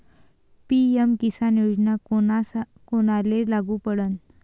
PM Kisan योजना कोना कोनाले लागू पडन?